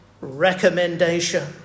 recommendation